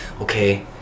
okay